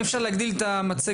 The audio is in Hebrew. רק אם אפשר להגדיל את המצגת.